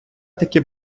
таки